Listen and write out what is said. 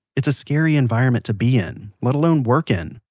it's a scary environment to be in, let alone work in.